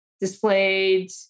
displayed